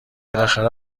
بالاخره